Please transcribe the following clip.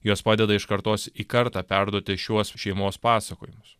jos padeda iš kartos į kartą perduoti šiuos šeimos pasakojimus